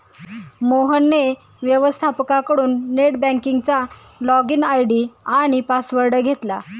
मोहनने व्यवस्थपकाकडून नेट बँकिंगचा लॉगइन आय.डी आणि पासवर्ड घेतला